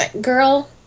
Girl